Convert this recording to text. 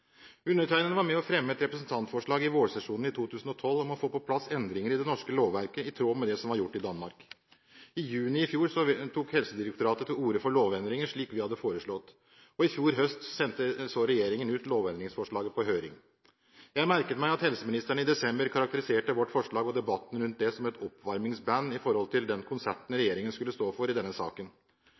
Undertegnede var med på å fremme et representantforslag i vårsesjonen 2012 om å få på plass endringer i det norske lovverket i tråd med det som var gjort i Danmark. I juni i fjor tok Helsedirektoratet til orde for lovendringer slik vi hadde foreslått, og i fjor høst sendte så regjeringen ut lovendringsforslaget på høring. Jeg merket meg at helseministeren i desember karakteriserte vårt forslag og debatten rundt det som et oppvarmingsband i forhold til den konserten regjeringen skulle stå for i denne saken.